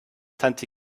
tante